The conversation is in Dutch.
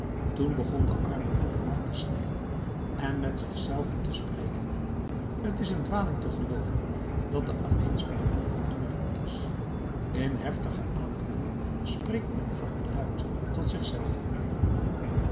toen begon de arme goede man te snikken en met zich zelven te spreken t is een dwaling te gelooven dat de alleenspraak niet natuurlijk is in heftige aandoeningen spreekt men vaak luid tot zich zelven